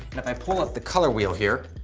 and if i pull up the color wheel here,